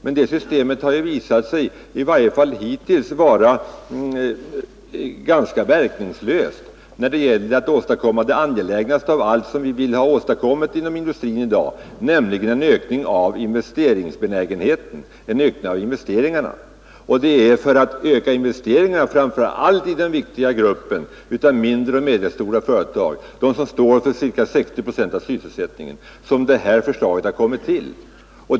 Men det systemet har ju visat sig, i varje fall hittills, vara ganska verkningslöst när det gäller att åstadkomma det angelägnaste av allt som vi vill ha genomfört inom industrin i dag, nämligen en ökning av investeringsbenägenheten, en ökning av investeringarna. Det är för att öka investeringarna, framför allt i den viktiga gruppen av mindre och medelstora företag, som står för ca 60 procent av sysselsättningen, som det här förslaget har kommit till.